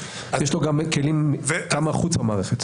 יש לו כלים גם חוץ מהמערכת.